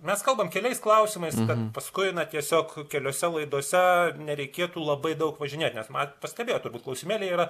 mes kalbam keliais klausimais bet paskui na tiesiog keliose laidose nereikėtų labai daug važinėt nes man pastebėjot turbūt klausimėly yra